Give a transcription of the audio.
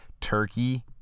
Turkey